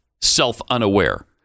self-unaware